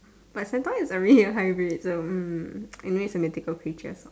but centaur is already a hybrid so hmm anyway its a mythical creature so